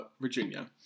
Virginia